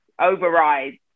overrides